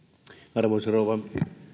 arvoisa rouva